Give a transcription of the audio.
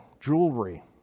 jewelry